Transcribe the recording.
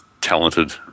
talented